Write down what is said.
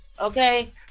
okay